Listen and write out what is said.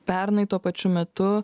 pernai tuo pačiu metu